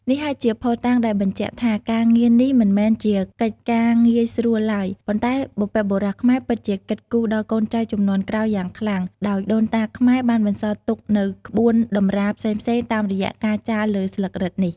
នេះហើយជាភស្តុតាងដែលបញ្ជាក់ថាការងារនេះមិនមែនជាកិច្ចការងាយស្រួលឡើយ ប៉ុន្តែបុព្វបុរសខ្មែរពិតជាគិតគូដល់កូនចៅជំនាន់ក្រោយយ៉ាងខ្លាំង ដោយដូនតាខ្មែរ បានបន្សល់ទុកនូវក្បូនតម្រាផ្សេងៗតាមរយៈការចារលើស្លឹករឹតនេះ។